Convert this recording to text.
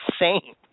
insane